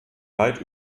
weit